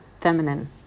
feminine